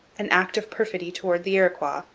an act of perfidy towards the iroquois,